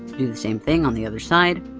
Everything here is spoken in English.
do the same thing on the other side.